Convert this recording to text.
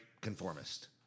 conformist